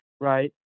right